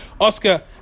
Oscar